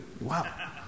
Wow